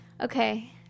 Okay